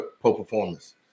pro-performance